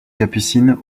capucines